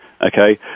okay